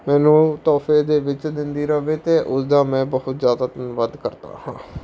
ਮੈਨੂੰ ਤੋਹਫੇ ਦੇ ਵਿੱਚ ਦਿੰਦੀ ਰਹੇ ਅਤੇ ਉਸਦਾ ਮੈਂ ਬਹੁਤ ਜ਼ਿਆਦਾ ਧੰਨਵਾਦ ਕਰਦਾ ਹਾਂ